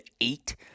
eight